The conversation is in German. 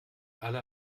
alle